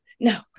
no